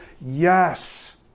Yes